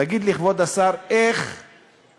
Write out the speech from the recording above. תגיד לי, כבוד השר, איך חבר